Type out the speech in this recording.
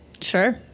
sure